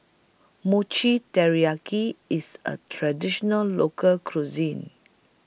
Mochi Taiyaki IS A Traditional Local Cuisine